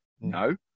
No